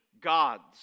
God's